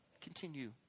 continue